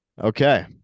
Okay